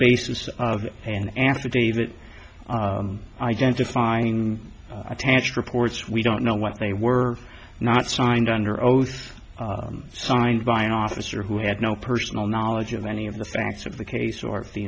basis of an affidavit identifying attached reports we don't know what they were not signed under oath signed by an officer who had no personal knowledge of any of the facts of the case or